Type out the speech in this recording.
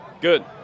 Good